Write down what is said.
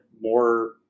more